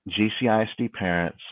gcisdparents